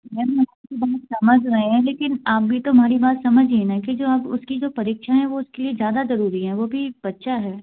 ma'am आपकी बात समझ रहे हैं लेकिन आप भी तो हमारी बात समझिए ना कि जो आप उसकी जो परीक्षाएं हैं वो उसके लिए ज़्यादा ज़रूरी हैं वो भी एक बच्चा है